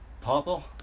purple